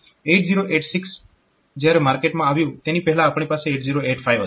8086 જ્યારે માર્કેટમાં આવ્યું તેની પહેલા આપણી પાસે 8085 હતું